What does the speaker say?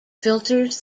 filters